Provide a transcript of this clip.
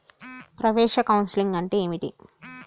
ప్రవేశ కౌన్సెలింగ్ అంటే ఏమిటి?